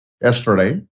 yesterday